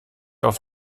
auf